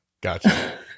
Gotcha